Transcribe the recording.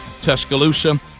Tuscaloosa